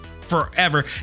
forever